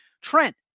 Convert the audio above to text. Trent